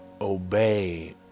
obey